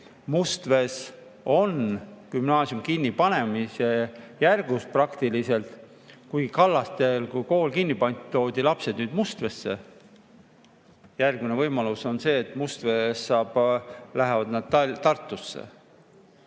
Mustvees on gümnaasium kinnipanemise järgus praktiliselt. Kui Kallastel kool kinni pandi, toodi lapsed Mustveesse, järgmine võimalus on see, et Mustveest lähevad nad Tartusse.